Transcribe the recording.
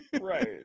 right